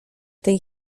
tej